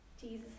Jesus